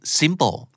simple